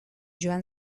joan